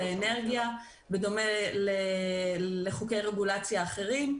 האנרגיה בדומה לחוקי רגולציה אחרים,